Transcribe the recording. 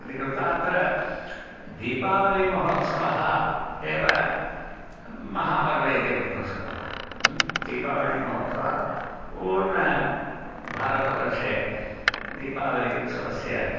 इति कृत्वा अत्र दीपावलिमहोत्सवः एव महापर्वम् इति वक्तुं शक्नुमः ह्म् दीपावलिमहोत्सवः पूर्णं भारतवर्षे दीपावलिः उत्सवस्य